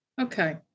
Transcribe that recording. Okay